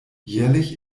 jährlich